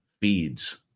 feeds